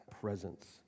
presence